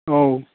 औ